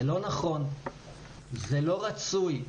זה לא נכון וזה לא רצוי.